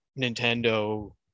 nintendo